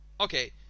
Okay